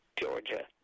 Georgia